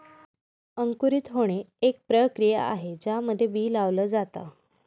अंकुरित होणे, एक प्रक्रिया आहे ज्यामध्ये बी लावल जाता